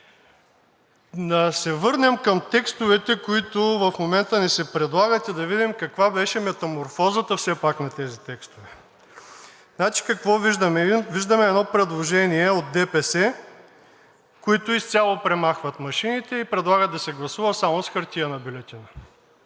Да се върнем към текстовете, които в момента ни се предлагат, и да видим каква беше метаморфозата все пак на тези текстове? Какво виждаме? Виждаме едно предложение от ДПС, които изцяло премахват машините и предлагат да се гласува само с хартиена бюлетина.